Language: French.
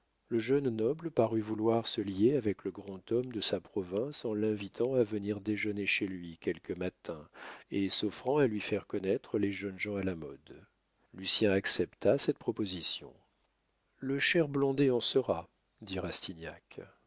le jeune noble parut vouloir se lier avec le grand homme de sa province en l'invitant à venir déjeuner chez lui quelque matin et s'offrant à lui faire connaître les jeunes gens à la mode lucien accepta cette proposition le cher blondet en sera dit